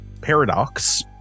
paradox